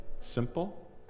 simple